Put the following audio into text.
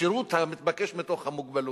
השירות המתבקש בתוך המוגבלות.